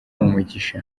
umugisha